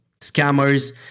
scammers